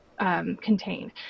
Contained